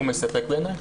הוא מספק בעיניך?